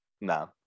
No